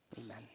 Amen